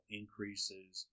increases